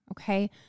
Okay